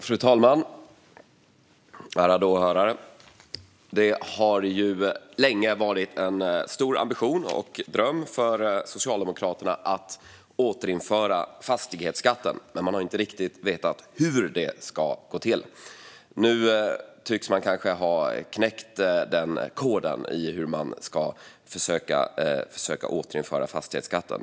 Fru talman och ärade åhörare! Det har länge varit en stor ambition och dröm för Socialdemokraterna att återinföra fastighetsskatten, men man har inte riktigt vetat hur det ska gå till. Nu tycks man kanske ha knäckt koden för hur man ska försöka återinföra fastighetsskatten.